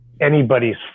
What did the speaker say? anybody's